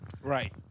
Right